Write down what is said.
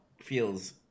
feels